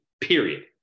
period